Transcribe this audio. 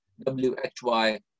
W-H-Y